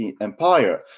empire